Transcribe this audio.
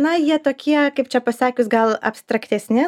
na jie tokie kaip čia pasakius gal abstraktesni